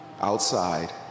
outside